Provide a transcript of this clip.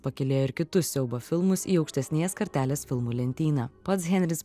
pakylėjo ir kitus siaubo filmus į aukštesnės kartelės filmų lentyną pats henris